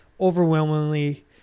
overwhelmingly